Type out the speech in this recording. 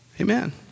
Amen